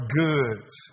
goods